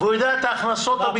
והוא יודע את ההכנסות שלו.